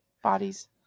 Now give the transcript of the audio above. Bodies